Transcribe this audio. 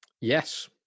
Yes